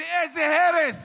ואיזה הרס